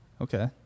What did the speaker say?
Okay